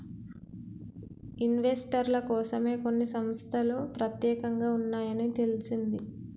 ఇన్వెస్టర్ల కోసమే కొన్ని సంస్తలు పెత్యేకంగా ఉన్నాయని తెలిసింది